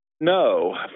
No